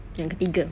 yang ketiga